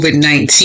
COVID-19